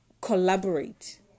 collaborate